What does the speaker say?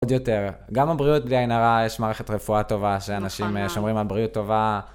עוד יותר, גם בבריאות בלי עין הרע יש מערכת רפואה טובה שאנשים שומרים על בריאות טובה.